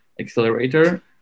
accelerator